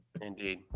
indeed